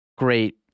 Great